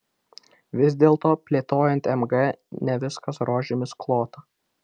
vis dėlto plėtojant mg ne viskas rožėmis klota